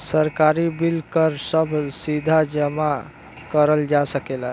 सरकारी बिल कर सभ सीधा जमा करल जा सकेला